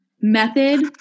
Method